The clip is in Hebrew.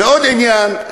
ועוד עניין,